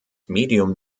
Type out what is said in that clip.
medium